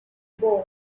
boy